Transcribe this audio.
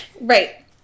Right